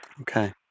Okay